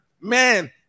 Man